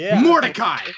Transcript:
Mordecai